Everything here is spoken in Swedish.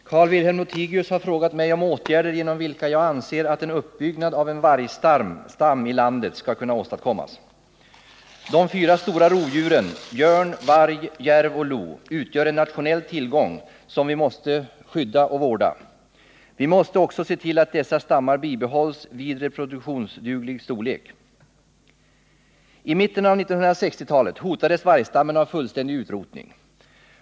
Herr talman! Carl-Wilhelm Lothigius har frågat mig om åtgärder genom vilka jag anser att en uppbyggnad av en vargstam i landet skall kunna åstadkommas. De fyra stora rovdjuren, björn, varg, järv och lo, utgör en nationell tillgång som vi måste skydda och vårda. Vi måste också se till att dessa stammar bibehålls vid reproduktionsduglig storlek. I mitten av 1960-talet hotades vargstammen av fullständig utrotning.